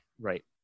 Right